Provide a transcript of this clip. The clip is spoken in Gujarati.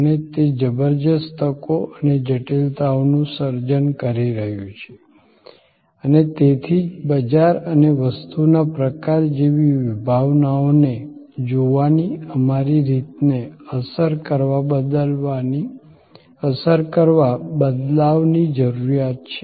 અને તે જબરદસ્ત તકો અને જટિલતાઓનું સર્જન કરી રહ્યું છે અને તેથી જ બજાર અને વસ્તુના પ્રકાર જેવી વિભાવનાઓને જોવાની અમારી રીતને અસર કરવા બદલાવની જરૂરિયાત છે